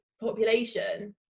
population